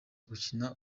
gukina